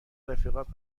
رفیقات